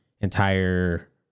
entire